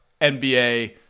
NBA